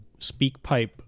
SpeakPipe